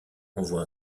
envoie